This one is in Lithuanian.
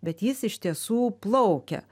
bet jis iš tiesų plaukia